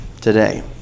today